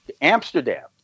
Amsterdam